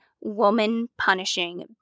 woman-punishing